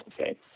okay